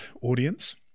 audience